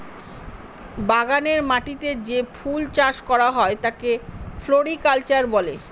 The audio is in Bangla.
বাগানের মাটিতে যে ফুল চাষ করা হয় তাকে ফ্লোরিকালচার বলে